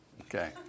Okay